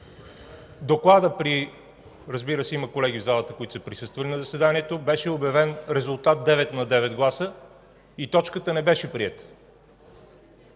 реплики.) Разбира се, има колеги в залата, които са присъствали на заседанието. Беше обявен резултат девет на девет гласа и точката не беше приета.